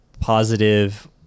positive